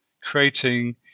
creating